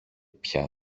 πια